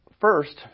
first